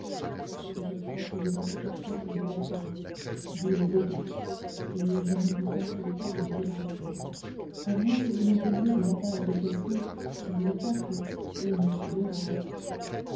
je crois qu'il est dans sa cachette de la tour dit le bedeau et je ne vous conseille pas de l'y déranger à moins que vous ne veniez de la part de quelqu'un comme le pape ou monsieur le roi